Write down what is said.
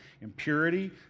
impurity